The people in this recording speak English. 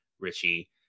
Richie